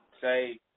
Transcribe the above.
say